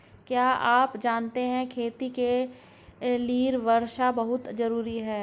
क्या आप जानते है खेती के लिर वर्षा बहुत ज़रूरी है?